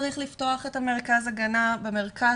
צריך לפתוח את מרכז ההגנה במרכז.